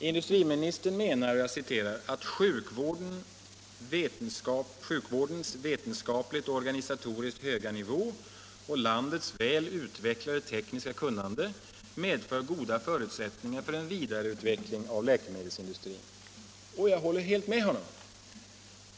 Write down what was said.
Industriministern menar: ”Sjukvårdens vetenskapligt och organisatoriskt höga nivå och landets väl utvecklade tekniska kunnande medför goda förutsättningar för en vidareutveckling av läkemedelsindustrin.” Jag håller med honom.